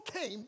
came